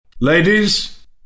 Ladies